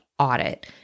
audit